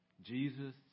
Jesus